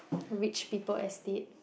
which people estate